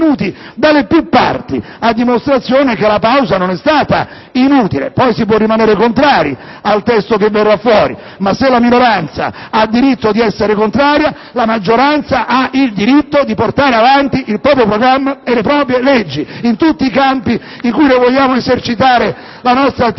da più parti, a dimostrazione del fatto che la pausa non è stata inutile. Poi si può rimanere contrari al testo che ne risulterà, ma se la minoranza ha il diritto di essere contraria, la maggioranza ha il diritto di portare avanti il proprio programma e le proprie leggi in tutti i campi in cui vogliamo esercitare la nostra attività